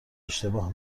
اشتباه